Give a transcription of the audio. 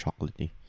chocolatey